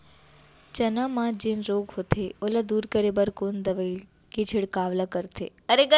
चना म जेन रोग होथे ओला दूर करे बर कोन दवई के छिड़काव ल करथे?